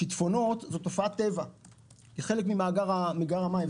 שיטפונות זה תופעת טבע כחלק ממאגר המים.